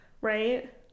right